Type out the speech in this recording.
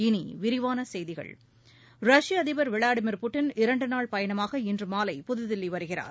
இனி விரிவான செய்திகள் ரஷ்ய அதிபர் திரு விளாடிமிர் புட்டின் இரண்டுநாள் பயணமாக இன்று மாலை புதுதில்லி வருகிறார்